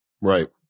Right